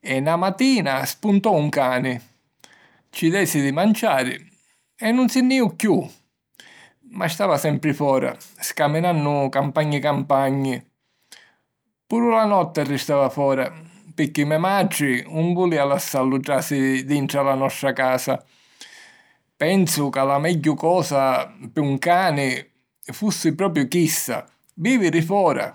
e na matina spuntò un cani; ci desi di manciari e nun si nni jìu chiù! Ma stava sempri fora, scaminiannu campagni campagni. Puru la notti arristava fora picchì me matri 'un vulìa lassallu tràsiri dintra la nostra casa. Pensu ca la megghiu cosa pi un cani fussi propiu chissa: vìviri fora,